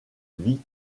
vie